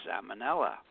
salmonella